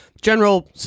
general